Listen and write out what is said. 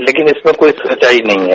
लेकिन इसमें कोई सच्चाई नहीं है